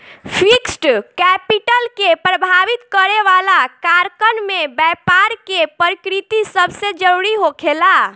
fixed capital के प्रभावित करे वाला कारकन में बैपार के प्रकृति सबसे जरूरी होखेला